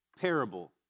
parable